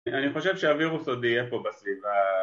אני חושב שהווירוס עוד יהיה פה בסביבה